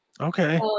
Okay